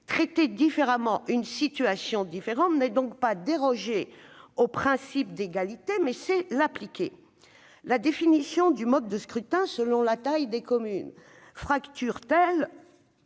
Traiter différemment des situations différentes n'est donc pas déroger au principe d'égalité : c'est, au contraire, l'appliquer. La définition du mode de scrutin selon la taille des communes fracture-t-elle